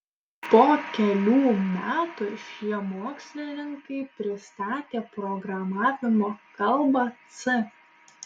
po kelių metų šie mokslininkai pristatė programavimo kalbą c